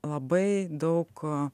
labai daug